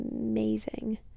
amazing